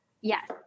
Yes